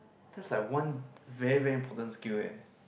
that's like one very very important skill eh